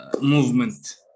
movement